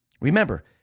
Remember